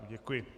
Děkuji.